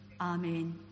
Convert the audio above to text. Amen